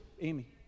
Amy